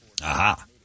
Aha